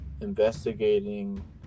investigating